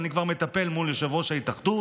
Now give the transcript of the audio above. אבל אני כבר מטפל מול יושב-ראש ההתאחדות,